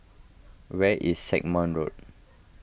where is Road